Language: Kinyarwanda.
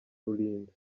rulinda